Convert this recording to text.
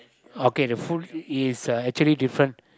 okay the food is uh actually different